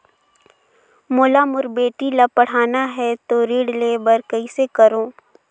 मोला मोर बेटी ला पढ़ाना है तो ऋण ले बर कइसे करो